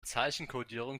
zeichenkodierung